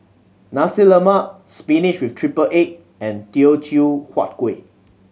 Nasi Lemak spinach with triple egg and Teochew Huat Kuih